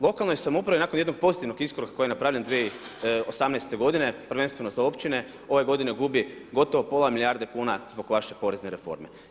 Lokalnoj samoupravi nakon jednog pozitivnog iskoraka koji je napravljen 2018. godine, prvenstveno za Općine, ove godine gubi gotovo pola milijarde kuna zbog vaše porezne reforme.